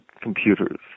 computers